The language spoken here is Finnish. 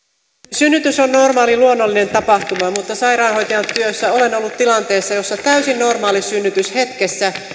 synnytys on normaali luonnollinen tapahtuma mutta sairaanhoitajan työssä olen ollut tilanteessa jossa täysin normaali synnytys hetkessä